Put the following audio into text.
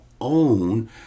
own